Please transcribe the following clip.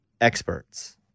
experts